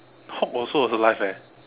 Hulk also alive eh